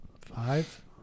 Five